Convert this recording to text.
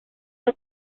mae